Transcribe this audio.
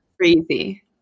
crazy